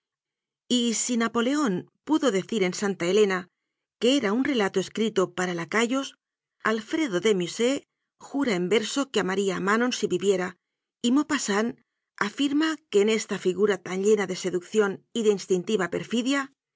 pasión y si napoleón pudo decir en santa elena que era un relato escrito para lacayos alfredo de musset jura en verso que amaría a manon si viviera y maupassant afirma que en esta figura tan llena de seducción y de instintiva perfidia